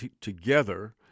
together